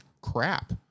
crap